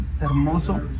hermoso